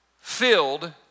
filled